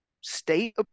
state